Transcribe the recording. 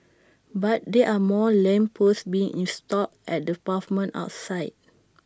but there are more lamp posts being installed at the pavement outside